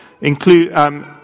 include